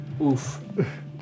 Oof